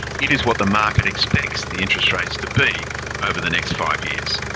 it is what the market expects the interest rates to be over the next five years.